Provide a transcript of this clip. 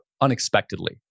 unexpectedly